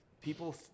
people